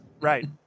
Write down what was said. right